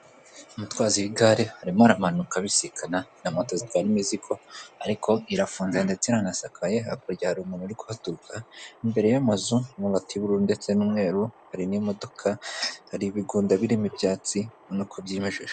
Umutwazi w'igare arimo aramanuka abisikana na mota zitwara imizigo ariko irafunze ndetse iranasakaye hakurya hari umuntu uri kuhaturuka imbere y'amazu y'amabati y'ubururu ndetse n'umweru hari n'imodoka hari ibigunda birimo ibyatsi ubonako byimejeje.